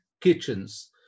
kitchens